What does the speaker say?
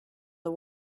the